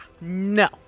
No